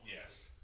yes